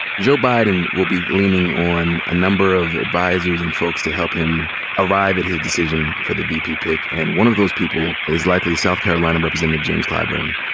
joe biden will be leaning on a number of advisors and folks to help him arrive at his decision for the vp pick, and one of those people is likely south carolina representative james clyburn,